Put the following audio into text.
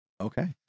Okay